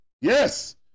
Yes